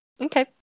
Okay